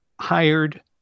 hired